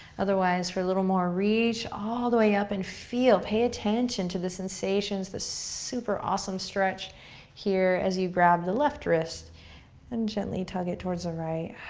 otherwise, for a little more, reach all the way up and feel, pay attention to the sensations, the super awesome stretch here as you grab the left wrist and gently tug it towards the right.